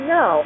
no